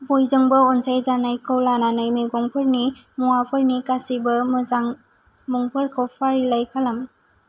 बयजोंबो अनसायजानायखौ लानानै मैगंफोरनि मुवाफोरनि गासैबो मोजां मुंफोरखौ फारिलाइ खालाम